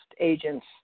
agents